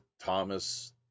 Thomas